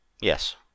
Yes